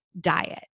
diet